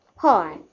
Hi